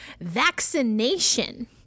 vaccination